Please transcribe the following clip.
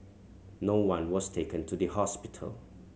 no one was taken to the hospital